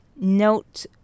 note